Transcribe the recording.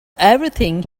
everything